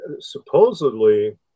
supposedly